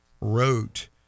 wrote